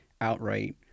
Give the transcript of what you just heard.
outright